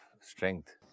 strength